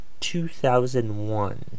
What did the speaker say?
2001